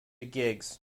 gigs